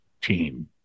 team